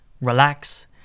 relax